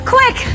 Quick